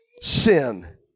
sin